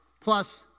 plus